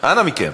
אנא מכם,